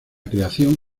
creación